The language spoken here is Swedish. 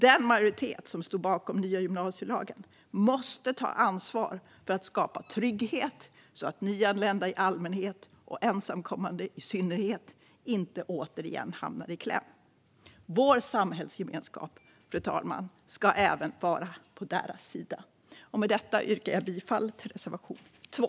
Den majoritet som stod bakom nya gymnasielagen måste ta ansvar för att skapa trygghet så att nyanlända i allmänhet och ensamkommande i synnerhet inte återigen hamnar i kläm. Vår samhällsgemenskap, fru talman, ska även vara på deras sida. Med detta yrkar jag bifall till reservation 2.